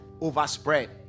overspread